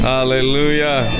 Hallelujah